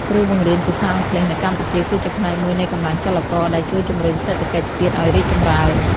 គ្រូបង្រៀនភាសាអង់គ្លេសនៅកម្ពុជាគឺជាផ្នែកមួយនៃកម្លាំងចលករដែលជួយជំរុញសេដ្ឋកិច្ចជាតិឱ្យរីកចម្រើន។